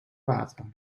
water